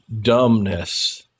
dumbness